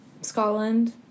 scotland